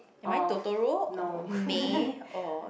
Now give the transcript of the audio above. am I Totoro or May or